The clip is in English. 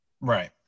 right